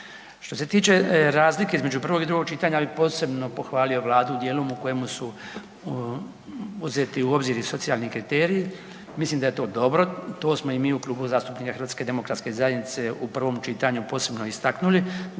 Što se tiče razlike između prvog i drugog čitanja, ja bi posebno pohvalio vladu u dijelu u kojemu su uzeti u obzir i socijalni kriteriji, mislim da je to dobro, to smo i mi u Klubu zastupnika HDZ-a u prvom čitanju posebno istaknuli